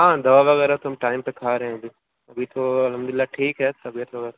ہاں دوا وغیرہ تو ہم ٹائم پہ کھا رہے ہیں ابھی ابھی تو الحمد للہ ٹھیک ہے طبیعت وغیرہ